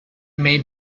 may